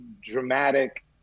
dramatic